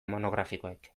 monografikoek